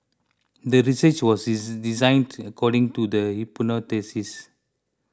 the research was designed to according to the